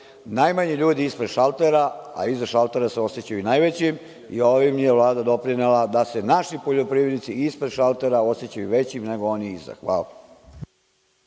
najmanji ljudi ispred šaltera, a iza šaltera se osećaju najvećim. Ovim je Vlada doprinela da se naši poljoprivrednici ispred šaltera osećaju većim nego oni iza. Hvala.